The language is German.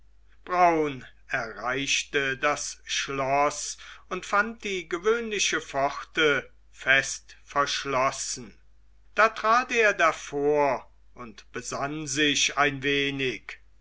braun erreichte das schloß und fand die gewöhnliche pforte fest verschlossen da trat er davor und besann sich ein wenig